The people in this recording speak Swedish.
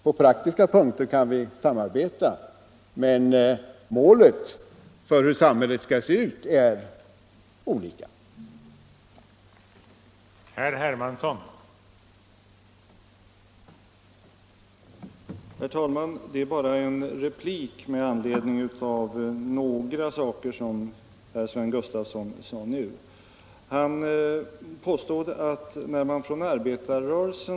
På praktiska punkter kan vi samarbeta, men målet: hur samhället skall se ut, är inte detsamma.